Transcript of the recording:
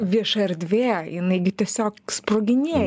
vieša erdvė jinai gi tiesiog sproginėja